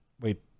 Wait